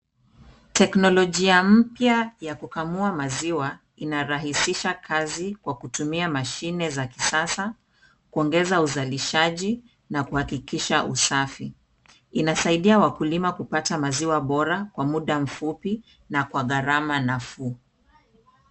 Teknolojia mpya ya kukamua maziwa, inarahisisha kazi kwa kutumia mashine za kisasa kuongeza uzalishaji na kuhakikisha usafi. Inasaidia wakulima kupata maziwa bora, kwa muda mfupi na kwa gharama nafuu.